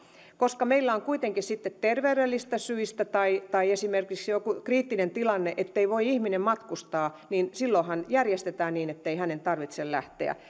koska jos meillä kuitenkin terveydellisistä syistä tai muuten on joku kriittinen tilanne ettei voi ihminen matkustaa niin silloinhan järjestetään niin ettei hänen tarvitse lähteä